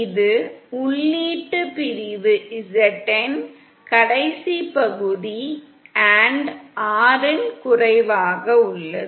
இது உள்ளீட்டு பிரிவு Znனின் கடைசி பகுதி Rn குறைவாக உள்ளது